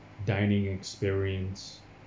dining experience